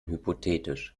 hypothetisch